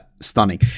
stunning